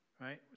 right